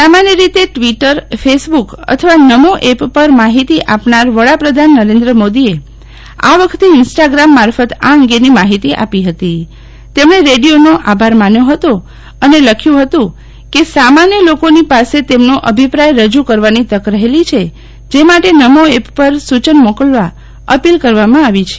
સામાન્ય રીતે tweet Facebook અથવા નમોએપ પર માહિતી આપનાર વડાપ્રધાન નરેન્દ્ર મોદીએ આ વખતે ઇન્સ્ટાગ્રામ મારફત આ અંગેની માહિતી આપી ફતી તેમણે રેડિયો નો આભાર માન્યો ફતો અને લખ્યું ફતું કે સામાન્ય લોકો ની પાસે તેમનો અભિપ્રાય રજુ કરવાની તક રફેલી છે જે માટે નમો એપ ઉપર સુચના મોકલવા અપીલ કરી છે